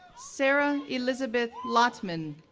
sarah elizabeth lottman,